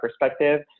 perspective